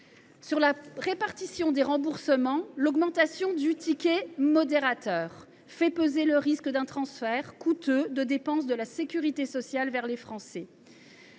Sur la répartition des remboursements, l’augmentation du ticket modérateur fait peser le risque d’un transfert coûteux de dépenses de la sécurité sociale vers les Français.